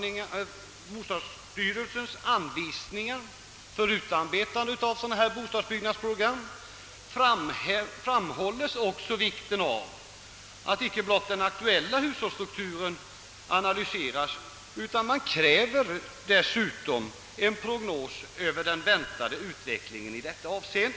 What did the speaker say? I bostadsstyrelsens anvisningar för utarbetande av bostadsbyggnadsprogrammen framhålls inte endast vikten av att den aktuella hushållsstrukturen analyseras, utan man kräver dessutom en prognos över den väntade utvecklingen i detta avseende.